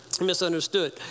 Misunderstood